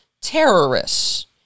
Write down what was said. terrorists